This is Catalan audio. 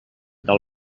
del